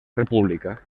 república